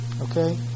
Okay